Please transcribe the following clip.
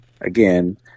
again